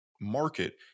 market